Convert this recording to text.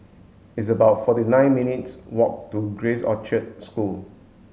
it's about forty nine minutes' walk to Grace Orchard School